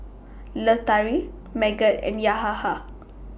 Lestari Megat and Yahaya